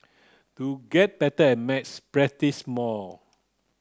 to get better at maths practise more